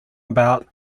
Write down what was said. about